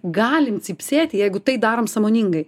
galim cypsėti jeigu tai darom sąmoningai